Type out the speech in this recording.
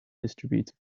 distributor